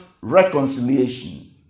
reconciliation